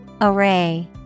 Array